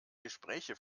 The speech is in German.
gespräche